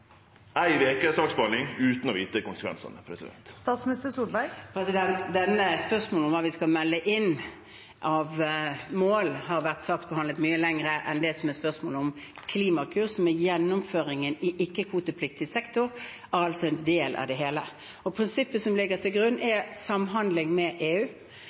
ei vekes saksbehandling utan å vite konsekvensane? Spørsmålet om hva vi skal melde inn av mål, har vært saksbehandlet mye lenger enn spørsmålene om Klimakur, som handler om gjennomføringen i ikke-kvotepliktig sektor, som altså er en del av det hele. Prinsippet som ligger til grunn, er samhandling med EU.